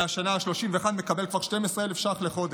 מהשנה ה-31 הוא כבר מקבל 12,000 ש"ח לחודש.